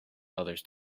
others